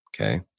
okay